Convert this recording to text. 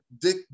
Dick